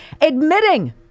admitting